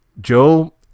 Joe